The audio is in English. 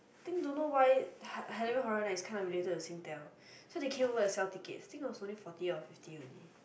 think don't know why ha~ halloween horror night is kinda related to Singtel so they came over to sell ticket I think is only forty or fifty only